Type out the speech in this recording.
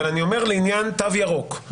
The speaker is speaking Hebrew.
אבל אני אומר לעניין תו ירוק,